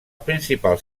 principals